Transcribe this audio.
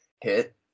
hit